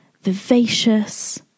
vivacious